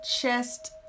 chest